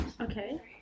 okay